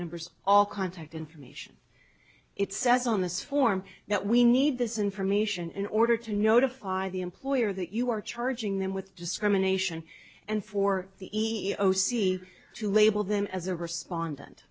numbers all contact information it says on this form that we need this information in order to notify the employer that you are charging them with discrimination and for the e e o c to label them as a respondent